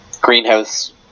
Greenhouse